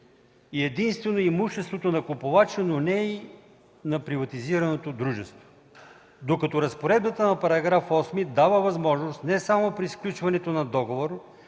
и единствено имуществото на купувача, но не и на приватизираното дружество. Докато разпоредбата на § 8 дава възможност не само при сключването на договор,